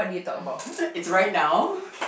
it's right now